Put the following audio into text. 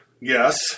Yes